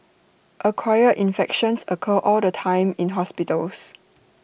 acquired infections occur all the time in hospitals